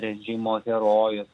režimo herojus